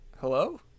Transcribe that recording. Hello